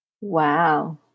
wow